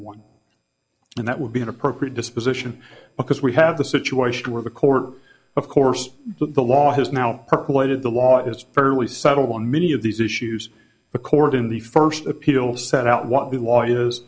one and that would be an appropriate disposition because we have the situation where the court of course the law has now percolated the law is fairly settled on many of these issues the court in the first appeals set out